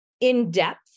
in-depth